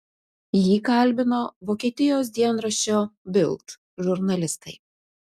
jį kalbino vokietijos dienraščio bild žurnalistai